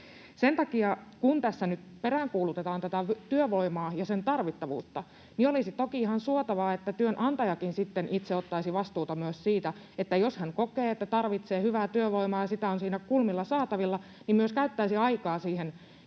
Sen takia, kun tässä nyt peräänkuulutetaan tätä työvoimaa ja sen tarvittavuutta, olisi toki ihan suotavaa, että työnantajakin sitten itse ottaisi vastuuta myös siitä, että jos hän kokee, että tarvitsee hyvää työvoimaa ja sitä on siinä kulmilla saatavilla, niin myös käyttäisi aikaa siihen kielen